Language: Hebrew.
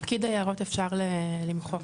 "פקיד היערות" אפשר למחוק.